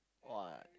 what